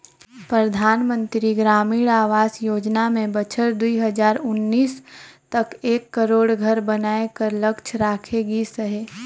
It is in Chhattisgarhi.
परधानमंतरी ग्रामीण आवास योजना में बछर दुई हजार उन्नीस तक एक करोड़ घर बनाए कर लक्छ राखे गिस अहे